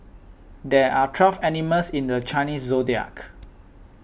there are twelve animals in the Chinese zodiac